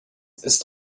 ist